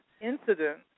incident